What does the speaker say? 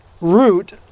root